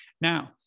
Now